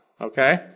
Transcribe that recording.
Okay